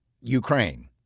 Ukraine